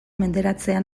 menderatzea